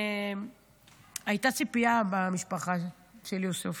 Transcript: הייתה ציפייה במשפחה של יוסף.